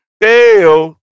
Dale